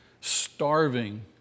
starving